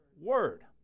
Word